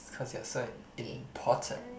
cause you're so important